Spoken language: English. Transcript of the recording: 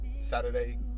Saturday